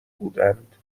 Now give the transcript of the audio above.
بودند